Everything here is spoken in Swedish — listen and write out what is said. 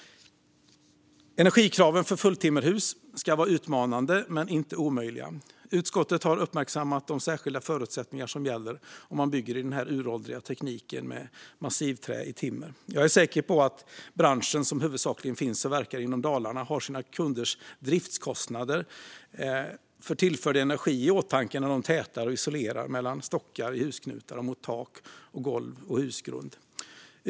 Energikraven för fulltimmerhus ska vara utmanande men inte omöjliga. Utskottet har uppmärksammat de särskilda förutsättningar som gäller om man bygger i denna uråldriga teknik med massivt trä i timmer. Jag är säker på att branschen, som huvudsakligen finns och verkar inom Dalarna, har sina kunders driftskostnader för tillförd energi i åtanke när de tätar och isolerar mellan stockar, i husknutar och mot tak, golv och husgrund.